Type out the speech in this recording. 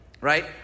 right